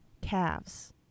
calves